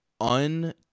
un-